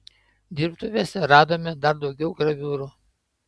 dirbtuvėse radome dar daugiau graviūrų